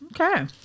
Okay